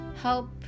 help